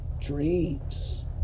dreams